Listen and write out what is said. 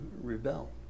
rebel